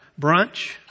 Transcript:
brunch